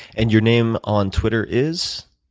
and your name on twitter is?